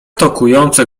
tokujące